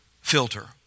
filter